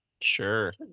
sure